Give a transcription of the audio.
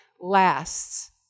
lasts